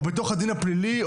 או בתוך הדין הפלילי,